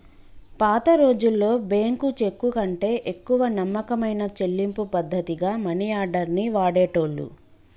పాతరోజుల్లో బ్యేంకు చెక్కుకంటే ఎక్కువ నమ్మకమైన చెల్లింపు పద్ధతిగా మనియార్డర్ ని వాడేటోళ్ళు